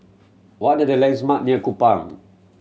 what are the landmarks near Kupang